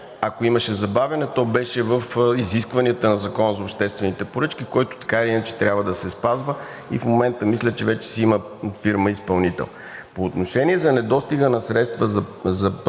ако имаше забавяне, то беше в изискванията на Закона за обществените поръчки, който така или иначе трябва да се спазва. В момента мисля, че вече си има фирма изпълнител. По отношение за недостига на средства за пътна